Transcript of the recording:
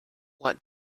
what